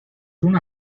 una